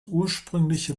ursprüngliche